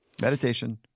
Meditation